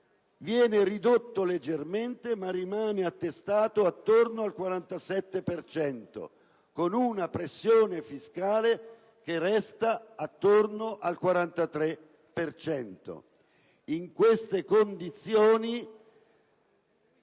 viene ridotto leggermente, ma rimane attestato attorno al 47 per cento, con una pressione fiscale che resta intorno al 43